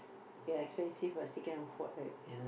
ya expensive but still can afford right